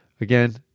Again